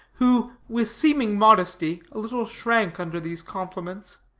who, with seeming modesty, a little shrank under these compliments,